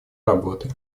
работы